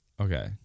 Okay